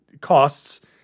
costs